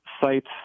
sites